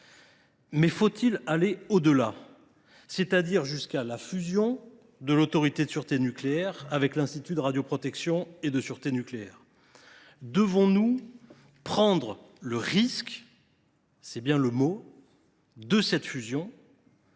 Mais faut il aller au delà, c’est à dire jusqu’à la fusion de l’Autorité de sûreté nucléaire avec l’Institut de radioprotection et de sûreté nucléaire ? Devons nous prendre le risque – c’est bien le mot qui convient